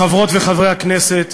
חברות וחברי הכנסת,